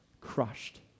crushed